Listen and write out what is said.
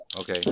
okay